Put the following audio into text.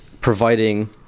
providing